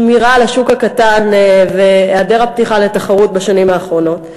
השמירה על השוק הקטן והיעדר הפתיחה לתחרות בשנים האחרונות.